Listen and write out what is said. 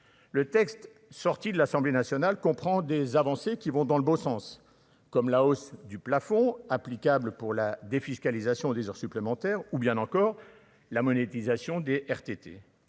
le texte sorti de l'Assemblée nationale comprend des avancées qui vont dans le bon sens, comme la hausse du plafond, applicable pour la défiscalisation des heures supplémentaires ou bien encore la monétisation des RTT,